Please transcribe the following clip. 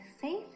safe